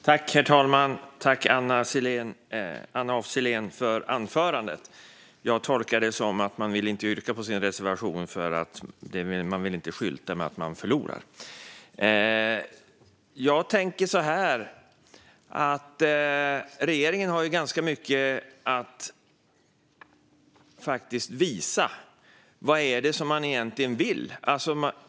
Herr talman! Tack, Anna af Sillén, för anförandet! Jag tolkar det som att man inte vill yrka bifall till sin reservation därför att man inte vill skylta med att man förlorar. Regeringen har ganska mycket att visa. Vad är det egentligen man vill?